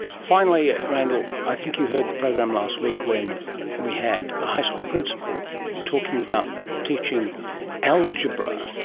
finally randell, i think you had the program last week when we had a high school principal talking about teaching algebra,